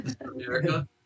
America